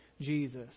Jesus